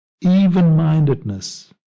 even-mindedness